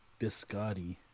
Biscotti